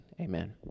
amen